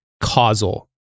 causal